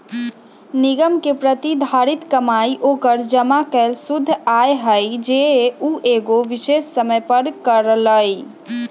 निगम के प्रतिधारित कमाई ओकर जमा कैल शुद्ध आय हई जे उ एगो विशेष समय पर करअ लई